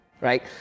right